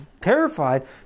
terrified